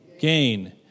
Gain